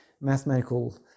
mathematical